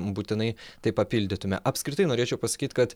būtinai tai papildytume apskritai norėčiau pasakyt kad